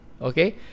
okay